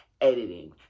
editing